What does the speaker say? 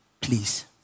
Please